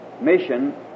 Mission